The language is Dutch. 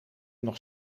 nog